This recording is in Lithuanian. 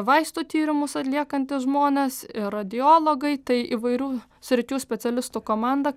vaistų tyrimus atliekantys žmonės ir radiologai tai įvairių sričių specialistų komanda